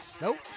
nope